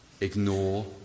ignore